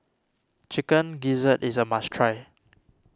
Chicken Gizzard is a must try